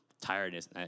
tiredness